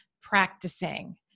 practicing